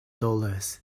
dollars